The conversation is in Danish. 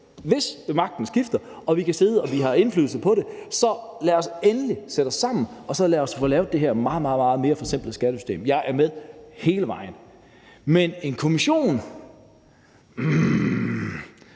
hvis magten skifter og vi får indflydelse på tingene, kan sætte os sammen og få lavet det her meget, meget mere simple skattesystem. Jeg er med hele vejen. Men hvad angår